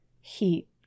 heat